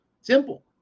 Simple